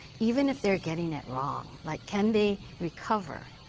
even if they're getting it wrong? like can they recover?